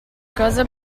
cosa